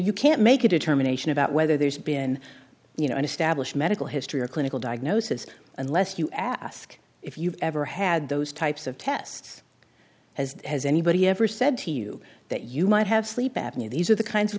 you can't make a determination about whether there's been you know an established medical history or a clinical diagnosis unless you ask if you've ever had those types of tests as has anybody ever said to you that you might have sleep apnea these are the kinds of